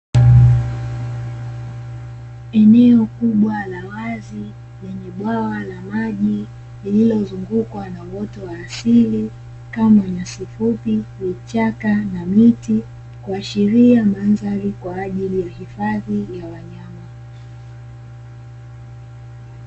Eneo kubwa la wazi, lenye bwawa la maji lililozungukwa na uoto wa asili kama: nyasi fupi, vichaka na miti, kuashiria mandhari kwa ajili ya hifadhi ya wanyama.